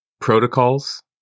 protocols